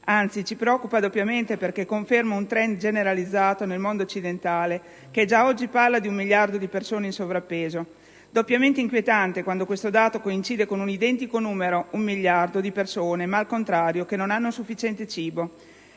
Anzi, ci preoccupa doppiamente, perché conferma un *trend* generalizzato nel mondo occidentale, che già oggi parla di un miliardo di persone in sovrappeso; doppiamente inquietante, quando questo dato coincide con un identico numero: un miliardo di persone che, al contrario, non hanno sufficiente cibo.